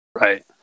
right